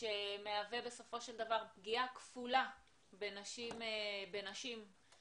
שמהווה בסופו של דבר פגיעה כפולה בנשים בכלל,